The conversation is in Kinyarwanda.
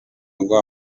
ngo